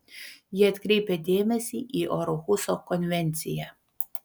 ji atkreipia dėmesį į orhuso konvenciją